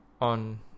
on